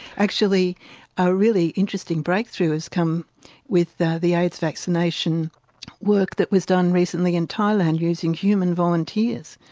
actually a really interesting breakthrough has come with the the aids vaccination work that was done recently in thailand, using human volunteers,